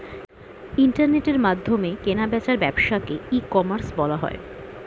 ইন্টারনেটের মাধ্যমে কেনা বেচার ব্যবসাকে ই কমার্স বলা হয়